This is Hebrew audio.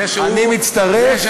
אז אני מצטרף,